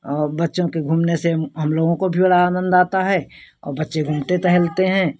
और बच्चों के घूमने से हम लोगों को भी बड़ा आनंद आता है औ बच्चे घूमते टहलते हैं